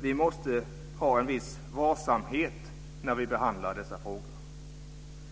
Vi måste iaktta en viss varsamhet när vi behandlar dessa frågor.